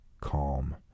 calm